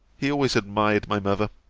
he always admired my mother.